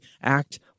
act